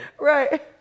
Right